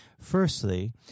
Firstly